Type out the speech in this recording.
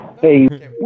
Hey